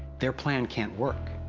their plan can't work.